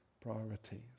priorities